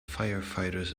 firefighters